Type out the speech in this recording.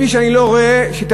אני לא רואה בעיני שום מפלגה,